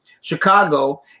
Chicago